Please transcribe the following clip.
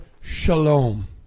Shalom